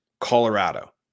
Colorado